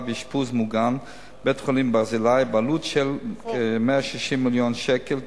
ואשפוז מוגן בבית-החולים "ברזילי" בעלות של 160 מיליון שקל,